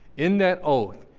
in that oath,